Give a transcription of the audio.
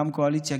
גם קואליציה,